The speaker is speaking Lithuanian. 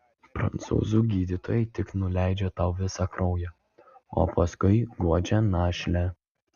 prancūzų gydytojai tik nuleidžia tau visą kraują o paskui guodžia našlę